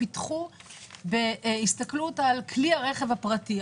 פיתחו בהסתכלות על כלי הרכב הפרטי,